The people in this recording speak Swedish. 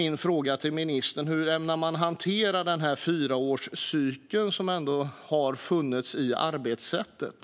Min fråga till ministern är hur man ämnar hantera den fyraårscykel som ändå har funnits i arbetssättet.